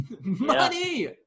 Money